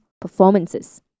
performances